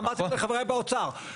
ואמרתי לחבריי באוצר.